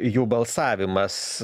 jų balsavimas